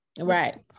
right